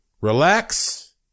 Relax